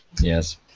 Yes